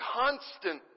constant